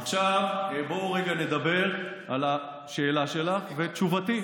עכשיו בואו רגע נדבר על השאלה שלך, ותשובתי: